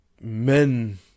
men